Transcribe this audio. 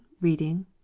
READING